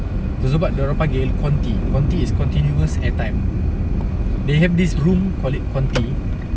itu sebab dia orang panggil conti conti is continuous airtime they have this room call it conti